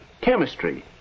chemistry